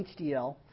HDL